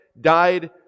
died